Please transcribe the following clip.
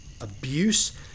abuse